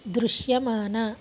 దృశ్యమాన